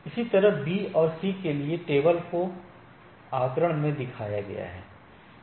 इसी तरह B और C के लिए टेबल को आंकड़ा में दिखाया गया है